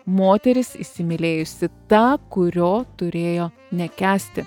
moteris įsimylėjusi tą kurio turėjo nekęsti